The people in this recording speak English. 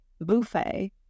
buffet